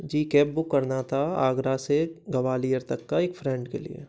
जी cab book करना था आगरा से ग्वालियर तक का एक फ्रेंड के लिए